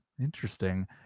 Interesting